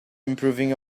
improving